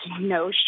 no